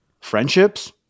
friendships